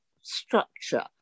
structure